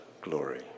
glory